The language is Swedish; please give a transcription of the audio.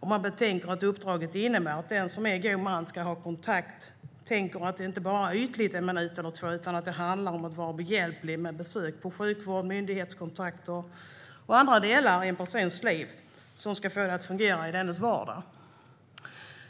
om man betänker att uppdraget innebär att den som är god man inte bara ska ha ytlig kontakt i en minut eller två. Det handlar ju om att vara behjälplig med besök i sjukvården, myndighetskontakter och andra delar i en persons liv som ska fås att fungera i dennes vardag.